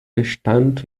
bestand